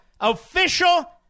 official